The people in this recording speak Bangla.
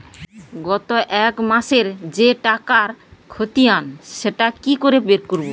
গত এক মাসের যে টাকার খতিয়ান সেটা কি করে বের করব?